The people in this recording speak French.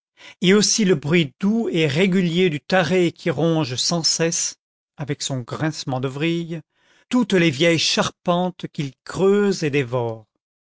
et aussi le bruit doux et régulier du taret qui ronge sans cesse avec son grincement de vrille toutes les vieilles charpentes qu'il creuse et dévore